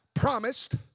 promised